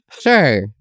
Sure